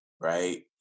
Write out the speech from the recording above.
right